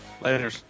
Later